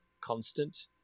constant